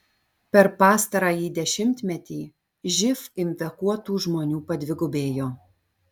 per pastarąjį dešimtmetį živ infekuotų žmonių padvigubėjo